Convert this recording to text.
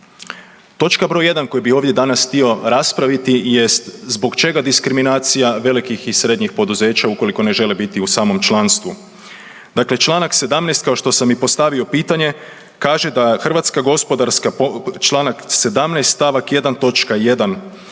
Točka broj 1 koju bih ovdje danas raspraviti jest zbog čega diskriminacija velikih i srednjih poduzeća ukoliko ne žele biti u samom članstvu. Dakle, članak 17. kao što sam i postavio pitanje kaže da Hrvatska gospodarstva, članak 17. stavak 1. točka 1.